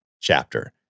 chapter